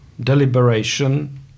deliberation